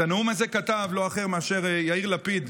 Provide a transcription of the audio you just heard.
את הנאום הזה כתב לא אחר מאשר יאיר לפיד,